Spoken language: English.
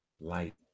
light